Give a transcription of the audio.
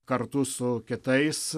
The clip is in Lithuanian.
kartu su kitais